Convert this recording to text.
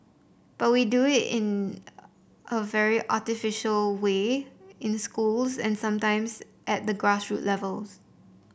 but we do it in a very artificial way in schools and sometimes at the grass root levels